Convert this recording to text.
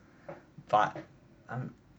but um